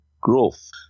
growth